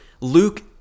Luke